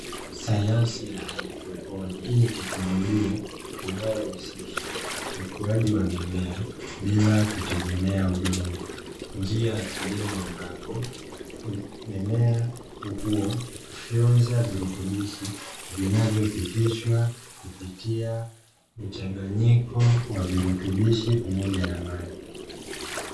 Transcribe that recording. Sayansi ya haidroponi; hii ni teknolojia inayohusisha ukuaji wa mimea bila kutegemea udongo, njia ya kilimo ambapo mimea hukua kwa kufyonza virutubishi vinavyopitishwa kupitia mchanganyiko wa virutubishi pamoja na maji.